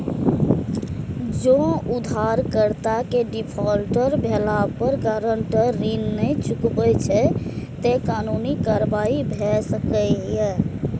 जौं उधारकर्ता के डिफॉल्टर भेला पर गारंटर ऋण नै चुकबै छै, ते कानूनी कार्रवाई भए सकैए